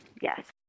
Yes